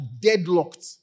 deadlocked